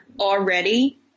already